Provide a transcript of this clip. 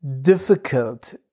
difficult